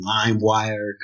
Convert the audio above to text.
LimeWire